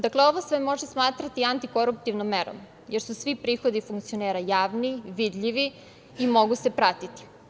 Dakle, ovo se može smatrati antikoruptivnom merom jer su svi prihodi funkcionera javni, vidljivi i mogu se pratiti.